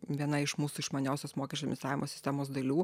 viena iš mūsų išmaniosios mokesčių administravimo sistemos dalių